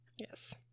Yes